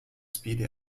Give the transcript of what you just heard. speedy